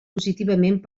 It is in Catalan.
positivament